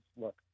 look